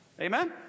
Amen